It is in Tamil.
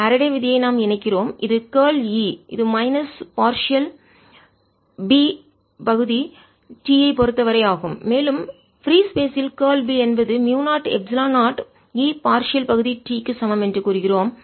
ஃபாரடே விதியை நாம் இணைக்கிறோம் இது கார்ல் E இது மைனஸ் பார்சியல் பகுதி B பகுதி t ஐப் பொறுத்தவரை யாகும்மேலும் பிரீ ஸ்பேஸ் ல் கார்ல் B என்பது மியூ0 எப்சிலான் 0 E பார்சியல் பகுதி t க்கு சமம் என்று கூறுகிறோம்